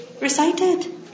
recited